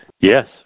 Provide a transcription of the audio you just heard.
Yes